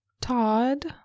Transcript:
Todd